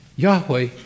Yahweh